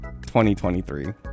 2023